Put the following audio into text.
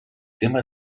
tema